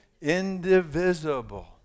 Indivisible